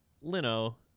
lino